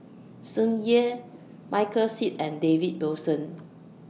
Tsung Yeh Michael Seet and David Wilson